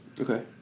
Okay